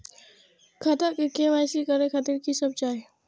खाता के के.वाई.सी करे खातिर की सब चाही?